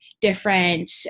different